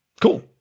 Cool